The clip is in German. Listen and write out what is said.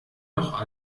noch